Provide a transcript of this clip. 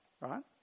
Right